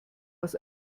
was